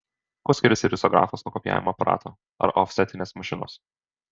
kuo skiriasi risografas nuo kopijavimo aparato ar ofsetinės mašinos